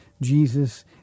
Jesus